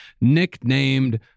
Nicknamed